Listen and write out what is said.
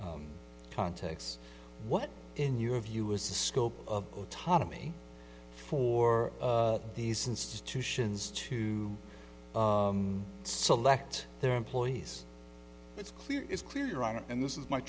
context what in your view was the scope of autonomy for these institutions to select their employees it's clear is clear on it and this is my